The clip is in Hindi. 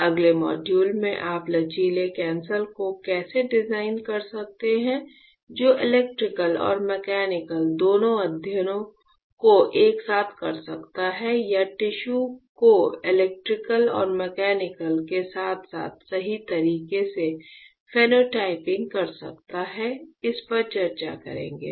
अगले मॉड्यूल में आप लचीले सेंसर को कैसे डिजाइन कर सकते हैं जो इलेक्ट्रिकल और मैकेनिकल दोनों अध्ययनों को एक साथ कर सकता है या टिश्यू को इलेक्ट्रिकल और मैकेनिकल के साथ साथ सही तरीके से फेनोटाइपिंग कर सकता है इस पर चर्चा करेंगे